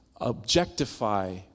Objectify